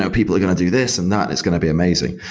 so people are going to do this and that. it's going to be amazing.